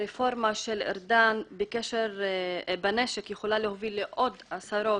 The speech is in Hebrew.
הרפורמה של ארדן לגבי הנשק יכולה להוביל לעוד עשרות,